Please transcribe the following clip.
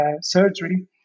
surgery